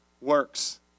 works